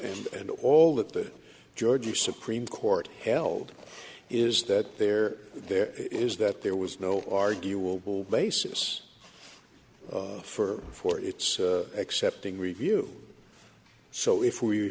and all that the georgia supreme court held is that there there is that there was no arguable basis for for its accepting review so if we